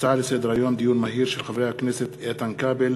שהעלו חברי הכנסת איתן כבל,